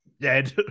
dead